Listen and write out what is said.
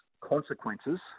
consequences